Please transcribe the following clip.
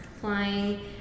flying